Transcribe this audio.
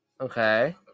Okay